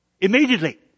Immediately